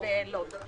בלוד.